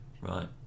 Right